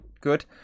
good